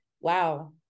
wow